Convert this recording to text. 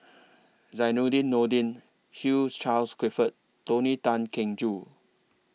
Zainudin Nordin Hugh Charles Clifford Tony Tan Keng Joo